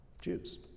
Jews